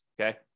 Okay